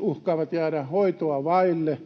uhkaavat jäädä hoitoa vaille.